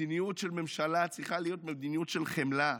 מדיניות של ממשלה צריכה להיות מדיניות של חמלה,